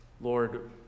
Lord